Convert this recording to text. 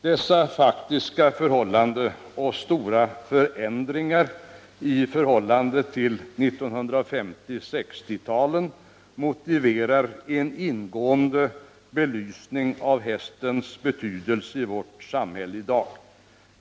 Dessa faktiska förhållanden och de stora förändringarna i förhållande till 1950 och 1960-talen motiverar en ingående belysning av hästens betydelse i vårt samhälle i dag.